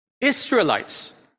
Israelites